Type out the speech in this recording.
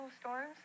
storms